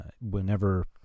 whenever